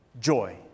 joy